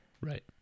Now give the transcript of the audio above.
Right